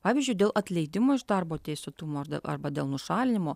pavyzdžiui dėl atleidimo iš darbo teisėtumo arba dėl nušalinimo